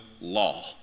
law